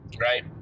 right